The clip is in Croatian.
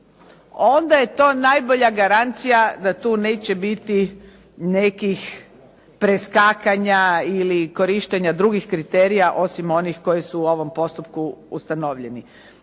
onda je to najbolja garancija da tu neće biti nekih preskakanja ili korištenja drugih kriterija osim onih koji su u ovom postupku ustanovljeni.